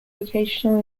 vocational